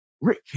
Rick